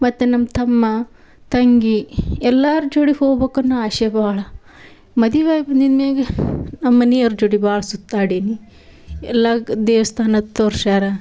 ಮತ್ತು ನಮ್ಮ ತಮ್ಮ ತಂಗಿ ಎಲ್ಲಾರ ಜೋಡಿ ಹೋಗ್ಬೇಕ್ ಅನ್ನೋ ಆಸೆ ಬಹಳ ಮದಿವೆಯಾಗಿ ಬಂದಿದ್ದ ಮ್ಯಾಗ ನಮ್ಮ ಮನಿಯವ್ರ ಜೋಡಿ ಭಾಳ ಸುತ್ತಾಡೇನಿ ಎಲ್ಲ ಗ್ ದೇವಸ್ಥಾನ ತೋರ್ಸ್ಯಾರ